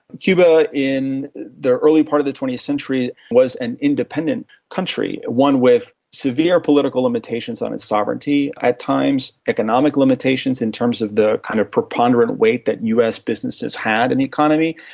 cuba in the early part of the twentieth century was an independent country, one with severe political limitations on its sovereignty, at times economic limitations in terms of the kind of preponderant weight that us businesses had in the economy.